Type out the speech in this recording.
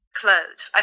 clothes